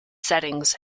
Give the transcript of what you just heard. settings